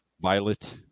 violet